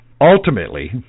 Ultimately